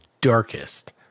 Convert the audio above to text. darkest